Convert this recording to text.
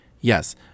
Yes